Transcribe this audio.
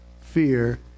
fear